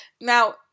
Now